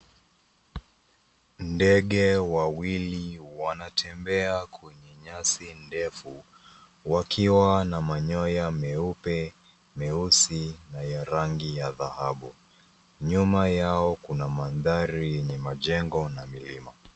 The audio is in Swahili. Ndege wawili wanatembea kwenye nyasi ndefu wakiwa na manyoya meupe, meusi na ya rangi ya dhahabu. Nyuma yao kuna mandhari yenye majengo na vilima.